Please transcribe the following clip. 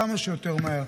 כמה שיותר מהר,